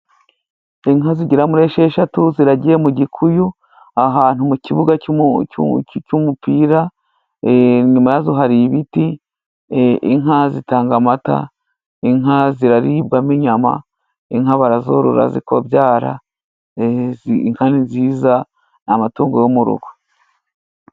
Inka zigera muri esheshatu ziragiwe mu gikuyu, ahantu mu kibuga cy' cy'umupira, inyuma yazo hari ibiti. Inka zitanga amata, inka ziribwamo inyama, inka barazorora zikabyara, inka ni nziza ni amatungo yo mu rugo.